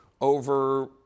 over